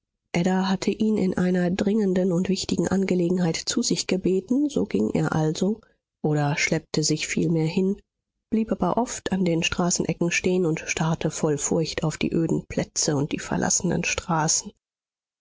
ada hatte ihn in einer dringenden und wichtigen angelegenheit zu sich gebeten so ging er also oder schleppte sich vielmehr hin blieb aber oft an den straßenecken stehen und starrte voll furcht auf die öden plätze und die verlassenen straßen